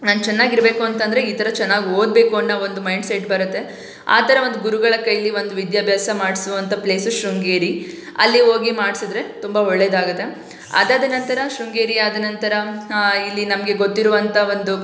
ನಾನು ಚೆನ್ನಾಗಿರ್ಬೇಕು ಅಂತಂದರೆ ಈ ಥರ ಚೆನ್ನಾಗಿ ಓದಬೇಕು ಅನ್ನೊ ಒಂದು ಮೈಂಡ್ಸೆಟ್ ಬರುತ್ತೆ ಆ ಥರ ಒಂದು ಗುರುಗಳ ಕೈಲಿ ಒಂದು ವಿದ್ಯಾಭ್ಯಾಸ ಮಾಡಿಸುವಂಥ ಪ್ಲೇಸು ಶೃಂಗೇರಿ ಅಲ್ಲಿ ಹೋಗಿ ಮಾಡ್ಸಿದ್ರೆ ತುಂಬ ಒಳ್ಳೇದಾಗುತ್ತೆ ಅದಾದ ನಂತರ ಶೃಂಗೇರಿ ಆದ ನಂತರ ಇಲ್ಲಿ ನಮಗೆ ಗೊತ್ತಿರುವಂಥ ಒಂದು